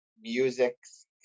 music's